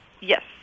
Yes